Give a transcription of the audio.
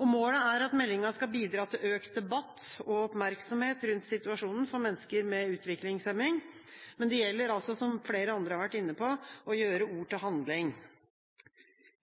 Målet er at meldinga skal bidra til økt debatt og oppmerksomhet rundt situasjonen for mennesker med utviklingshemning. Men det gjelder altså – som flere andre har vært inne på – å gjøre ord til handling.